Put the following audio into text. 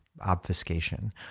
obfuscation